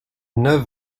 neuf